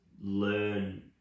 learn